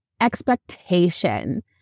expectation